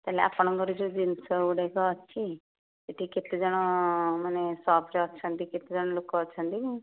ହେଲେ ଆପଣଙ୍କର ଯେଉଁ ଜିନିଷ ଗୁଡ଼ିକ ଅଛି ସେଠି କେତେଜଣ ମାନେ ସପ୍ରେ ଅଛନ୍ତି କେତେଜଣ ଲୋକ ଅଛନ୍ତି